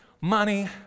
Money